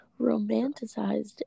romanticized